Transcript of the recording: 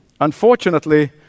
Unfortunately